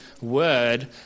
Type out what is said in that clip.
word